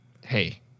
hey